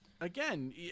again